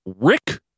Rick